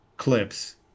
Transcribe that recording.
clips